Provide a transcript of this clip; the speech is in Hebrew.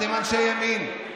אתם אנשי ימין.